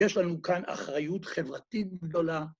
‫יש לנו כאן אחריות חברתית גדולה.